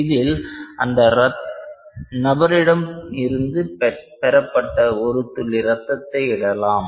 இதில் அந்த நபரிடம் இருந்து பெறப்பட்ட ஒரு துளி ரத்தத்தை இடலாம்